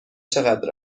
چقدر